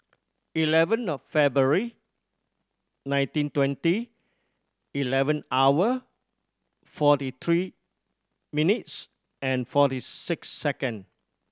eleven February nineteen twenty eleven hour forty three minutes and forty six second